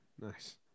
Nice